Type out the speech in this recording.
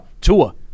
Tua